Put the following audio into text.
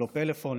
ללא פלאפון,